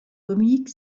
communique